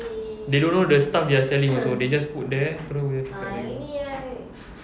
they don't know the stuff they are selling also they just put there terus dia buka